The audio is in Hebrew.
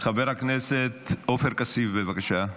חבר הכנסת עופר כסיף, בבקשה.